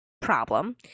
problem